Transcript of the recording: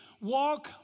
walk